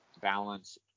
balance